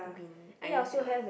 why I use that one